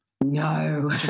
no